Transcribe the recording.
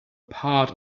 part